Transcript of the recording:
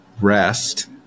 rest